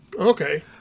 Okay